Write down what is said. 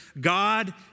God